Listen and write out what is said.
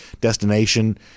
destination